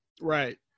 Right